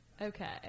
Okay